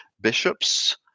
bishops